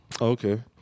okay